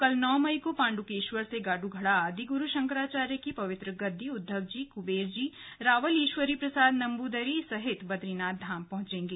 कल नौ मई को पांडुकेश्वर से गाडूधड़ा आदिगुरु शंकराचार्य की पवित्र गद्दी उद्वव जी कुबेर जी रावल ईश्वरी प्रसाद नंबूदरी सहित बदरीनाथ धाम पहुंचेंगे